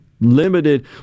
limited